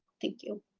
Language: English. thank you,